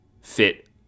fit